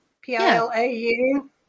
P-I-L-A-U